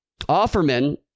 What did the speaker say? Offerman